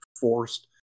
forced